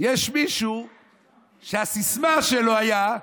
יש מישהו שהסיסמה שלו הייתה,